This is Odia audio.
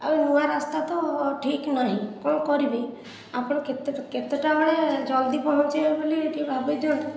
ଆଉ ନୂଆ ରାସ୍ତା ତ ଠିକ୍ ନାହିଁ କ'ଣ କରିବି ଆପଣ କେତେଟା ବେଳେ ଜଲ୍ଦି ପହଞ୍ଚିବେ ବୋଲି ଏଠି ଭାବିଥିବେ